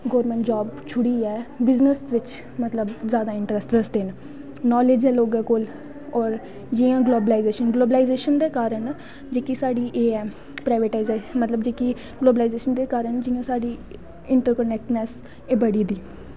government job शोड़ियै business बिच्च मतलव जादा इंट्रस्ट दसदे न नालेज़ ऐ लोगैं कोल जियां ग्लोबलाईयेशन ग्लोबलाईयेशन दे कारन जेह्की साढ़ी एह् ऐ प्राईवेट मतलव जेह्की ग्लोबलाईयेशन दे कारन जियां साढ़ी इन्ट्रक्नैक्टन एह् वधी दी ऐ